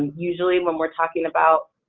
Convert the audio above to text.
usually when we're talking about,